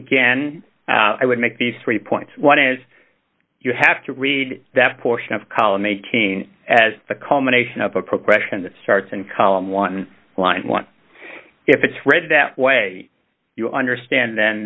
again i would make these three points one is you have to read that portion of column eighteen as the culmination of a progression that starts in column one line want if it's read that way you understand then